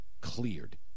cleared